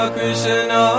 Krishna